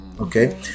Okay